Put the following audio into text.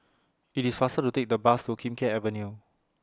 IT IS faster to Take The Bus to Kim Keat Avenue